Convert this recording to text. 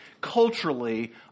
culturally